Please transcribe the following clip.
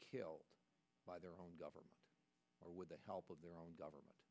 killed by their own government or with the help of their own government